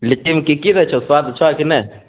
लिट्टीमे की की दै छहो स्वाद छहो कि नहि